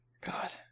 god